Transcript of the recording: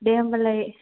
दे होमबालाय